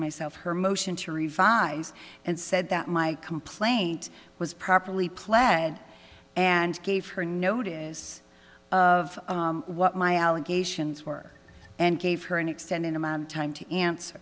myself her motion to revise and said that my complaint was properly pled and gave her notice of what my allegations were and gave her an extended amount of time to answer